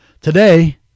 Today